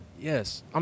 Yes